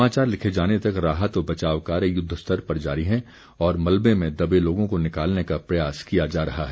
समाचार लिखे जाने तक राहत व बचाव कार्य युद्धस्तर पर जारी है और मलबे में दबे लोगों को निकालने का प्रयास किया जा रहा है